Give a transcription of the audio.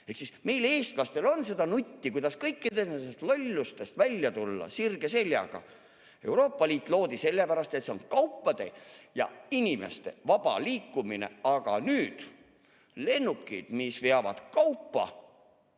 4,9 MW. Meil, eestlastel, on seda nutti, kuidas kõikidest nendest lollustest välja tulla sirge seljaga. Euroopa Liit loodi sellepärast, et on kaupade ja inimeste vaba liikumine, aga nüüd lennukid, mis veavad kaupa,